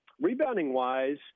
rebounding-wise